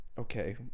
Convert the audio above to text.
Okay